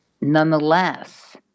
Nonetheless